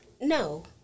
No